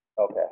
Okay